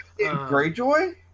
Greyjoy